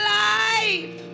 life